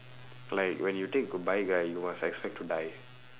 like when you take goodbye right you must expect to die